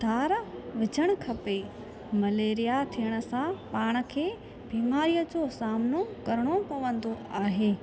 धार विझणु खपे मलेरिया थियण सां पाण खे बीमारीअ जो सामनो करिणो पवंदो आहे